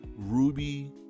Ruby